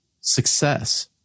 success